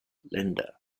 linda